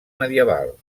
medieval